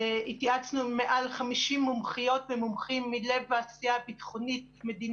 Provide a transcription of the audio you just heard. התייעצנו עם מעל 50 מומחיות ומומחים מלב העשייה הביטחונית-מדינית.